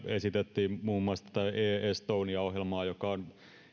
esitettiin muun muassa e estonia ohjelmaa joka on